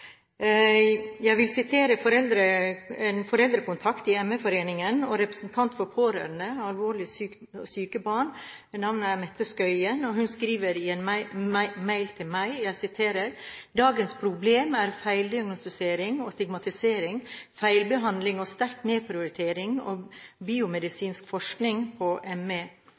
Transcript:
Jeg vil sitere en foreldrekontakt i ME-foreningen og representant for pårørende med alvorlig syke barn, ved navnet Mette Schøyen. Hun skriver i en mail til meg: «Dagens problem er feildiagnostisering og stigmatisering, feilbehandling og sterk nedprioritering av biomedisinsk forskning på ME,